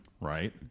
right